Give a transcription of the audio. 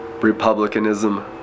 republicanism